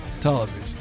television